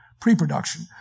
pre-production